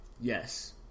Yes